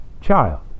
Child